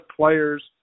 players